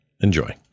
Enjoy